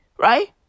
right